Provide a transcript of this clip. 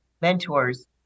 mentors